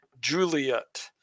Juliet